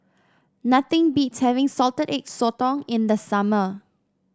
nothing beats having Salted Egg Sotong in the summer